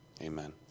Amen